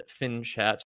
FinChat